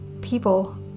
people